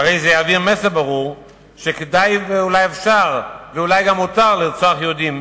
והרי זה יעביר מסר ברור שכדאי ואולי אפשר ואולי גם מותר לרצוח יהודים,